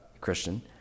Christian